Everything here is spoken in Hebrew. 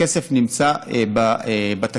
הכסף נמצא בתקציב.